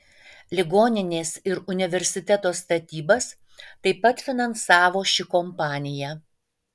ligoninės ir universiteto statybas taip pat finansavo ši kompanija